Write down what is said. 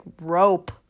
rope